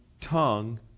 tongue